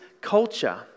culture